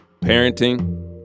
parenting